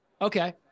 Okay